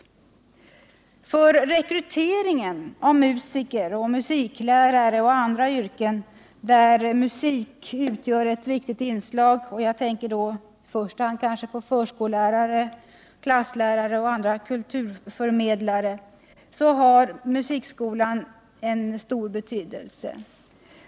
För rekryteringen av musiker, musiklärare och andra med yrken där musik utgör ett viktigt inslag —-jag tänker då i första hand på förskollärare, klasslärare och andra kulturförmedlare — har musikskolan stor betydelse.